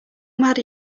mad